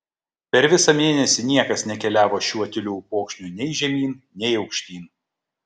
per visą mėnesį niekas nekeliavo šiuo tyliu upokšniu nei žemyn nei aukštyn